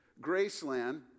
Graceland